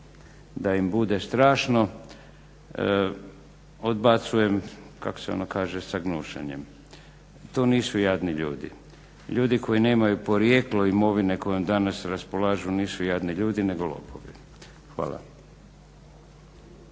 da im bude strašno odbacujem kako se ono kaže sa gnušanjem. To nisu jadni ljudi. Ljudi koji nemaju porijeklo imovine kojom danas raspolažu nisu jadni ljudi nego lopovi. Hvala.